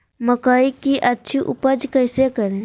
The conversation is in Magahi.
मकई की अच्छी उपज कैसे करे?